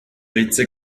ritze